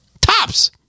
Tops